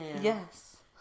Yes